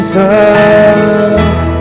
Jesus